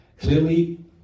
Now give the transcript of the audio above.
Clearly